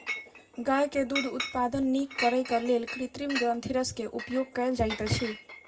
गाय के दूध उत्पादन नीक करैक लेल कृत्रिम ग्रंथिरस के उपयोग कयल जाइत अछि